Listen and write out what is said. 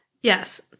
Yes